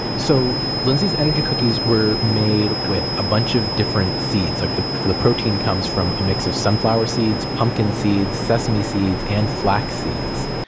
so, lindsay's energy cookies were made with a bunch of different seeds. like the the protein comes from a mix of sunflower seeds pumpkin seeds, sesame seeds, and flax seeds.